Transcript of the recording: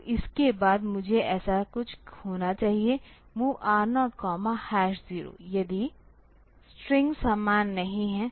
तो इसके बाद मुझे ऐसा कुछ होना चाहिए MOV R0 0 यदि स्ट्रिंग समान नहीं हैं